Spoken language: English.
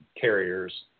carriers